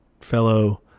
fellow